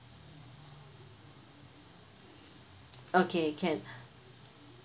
okay can